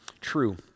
true